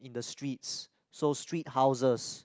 in the streets so street houses